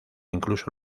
incluso